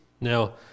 Now